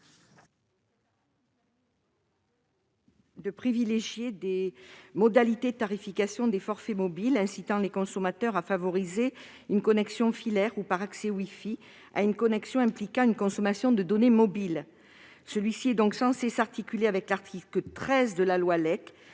à privilégier des modalités de tarification des forfaits mobiles incitant les consommateurs à favoriser une connexion filaire ou par accès wifi à une connexion impliquant une consommation de données mobiles. Il est articulé, à ce titre, à l'article 13 de la loi